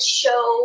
show